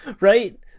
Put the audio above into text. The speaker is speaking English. right